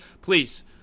Please